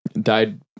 died